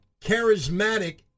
charismatic